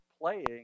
playing